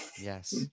Yes